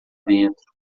dentro